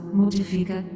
modifica